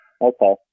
Okay